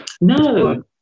No